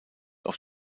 auf